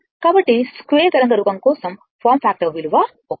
కాబట్టి స్క్వేర్ తరంగ రూపాని కోసం ఫారమ్ ఫ్యాక్టర్ విలువ 1